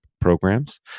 programs